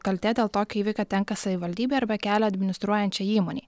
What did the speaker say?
kaltė dėl tokio įvykio tenka savivaldybei arba kelią administruojančiai įmonei